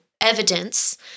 evidence